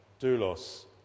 doulos